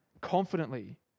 confidently